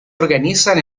organizan